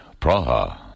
Praha